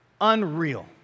Unreal